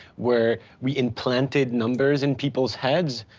where we implanted numbers in people's heads.